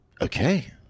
Okay